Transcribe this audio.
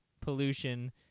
pollution